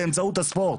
באמצעות הספורט.